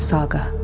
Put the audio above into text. Saga